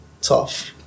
tough